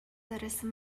зориулсан